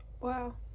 Wow